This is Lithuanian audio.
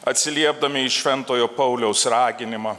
atsiliepdami į šventojo pauliaus raginimą